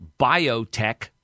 biotech